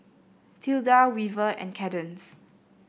Tilda Weaver and Cadence